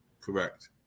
Correct